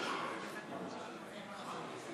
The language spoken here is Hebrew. זה נכון.